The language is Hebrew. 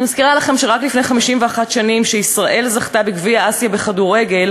אני מזכירה לכם שרק לפני 51 שנים ישראל זכתה בגביע אסיה בכדורגל,